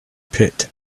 pit